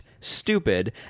Stupid